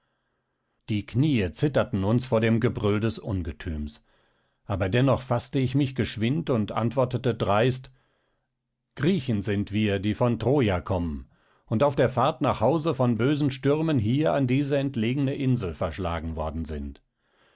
die kniee zitterten uns vor dem gebrüll des ungetüms aber dennoch faßte ich mich geschwind und antwortete dreist griechen sind wir die von troja kommen und auf der fahrt nach hause von bösen stürmen hier an diese entlegene insel verschlagen worden sind